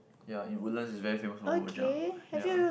ya in Woodlands is very famous for rojak ya